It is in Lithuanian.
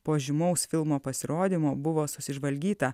po žymaus filmo pasirodymo buvo susižvalgyta